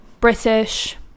british